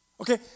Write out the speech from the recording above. Okay